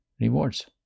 rewards